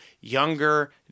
younger